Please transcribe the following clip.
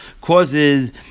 causes